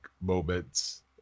moments